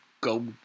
go